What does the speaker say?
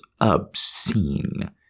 obscene